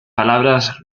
palabras